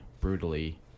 brutally